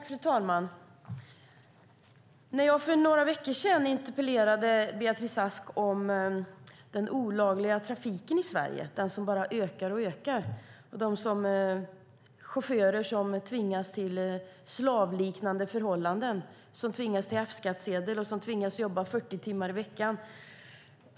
Fru talman! För några veckor sedan interpellerade jag Beatrice Ask om den olagliga trafik i Sverige som bara ökar, om chaufförer som tvingas till slavliknande förhållanden - som tvingas till F-skattsedel och som för en spottstyver tvingas jobba 40 timmar i veckan.